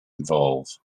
involve